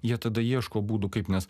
jie tada ieško būdų kaip nes